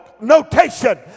notation